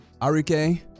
Arike